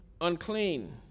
unclean